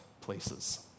places